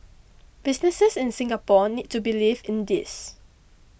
businesses in Singapore need to believe in this